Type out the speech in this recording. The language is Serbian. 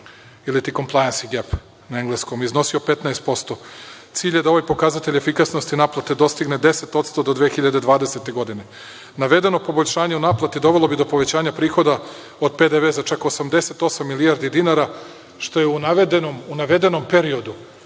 ili compliance gap, (na engleskom), iznosio je 15%. Cilj je da ovaj pokazatelj efikasnosti naplate dostigne 10% do 2020. godine. Navedeno poboljšanje u naplati dovelo bi do povećanja prihoda od PDV za čak 88 milijardi dinara, što je u navedenom periodu